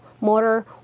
motor